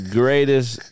greatest